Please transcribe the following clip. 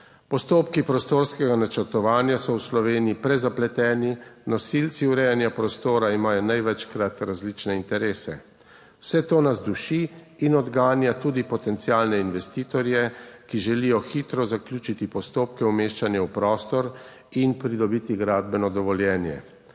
Postopki prostorskega načrtovanja so v Sloveniji prezapleteni. Nosilci urejanja prostora imajo največkrat različne interese. Vse to nas duši in odganja tudi potencialne investitorje, ki želijo hitro zaključiti postopke umeščanja v prostor in pridobiti gradbeno dovoljenje.